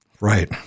Right